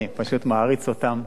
אני פשוט מעריץ אותם: